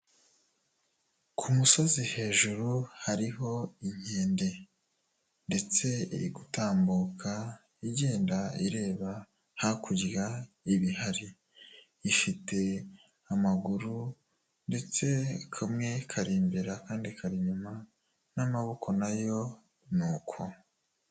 Ku kumusozi hejuru hariho inkende ndetse iri gutambuka igenda ireba hakurya ibihari, ifite amaguru ndetse kamwe kari imbere akandi kari inyuma. N'amaboko nayo ni uko.